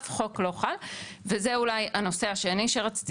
אף חוק לא חל וזה אולי הנושא השני שרציתי